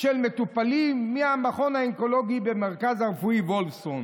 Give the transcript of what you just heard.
של מטופלים מהמכון האונקולוגי במרכז הרפואי וולפסון.